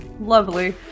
Lovely